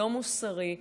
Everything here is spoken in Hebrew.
לא מוסרי,